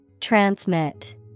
Transmit